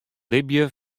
libje